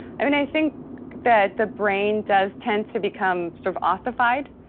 i mean, i think that the brain does tend to become sort of ossified.